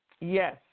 Yes